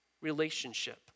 relationship